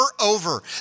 over